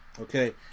Okay